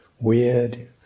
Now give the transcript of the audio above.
weird